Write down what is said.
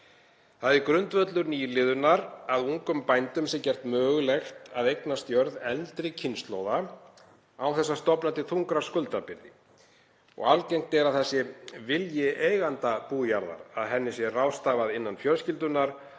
Það er grundvöllur nýliðunar að ungum bændum sé gert mögulegt að eignast jörð eldri kynslóða án þess að stofna til þungrar skuldabyrði. Algengt er að það sé vilji eiganda bújarðar að henni sé ráðstafað innan fjölskyldunnar